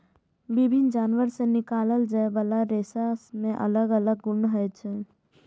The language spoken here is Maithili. विभिन्न जानवर सं निकालल जाइ बला रेशा मे अलग अलग गुण होइ छै